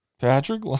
Patrick